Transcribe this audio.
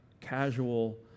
casual